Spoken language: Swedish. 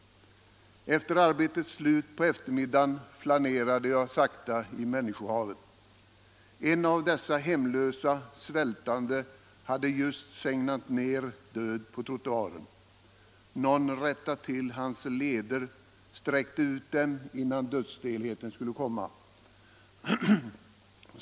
Efter arbetets slut på eftermiddagen flanerade jag sakta i människohavet. En av dessa hemlösa svältande hade just segnat ner död på trottoaren. Någon rättade till hans leder och sträckte ut dem innan dödsstelheten skulle komma.